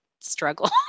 struggle